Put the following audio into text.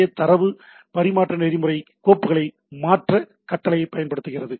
ஏ தரவு பரிமாற்ற நெறிமுறை கோப்புகளை மாற்ற கட்டளையைப் பயன்படுத்துகிறது